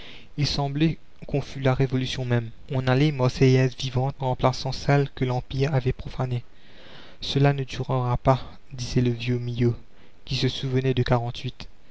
il semblait qu'on fût la révolution même on allait marseillaise vivante remplaçant celle que l'empire avait profanée cela ne durera pas disait le vieux miot qui se souvenait de